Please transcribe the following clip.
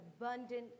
abundant